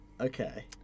Okay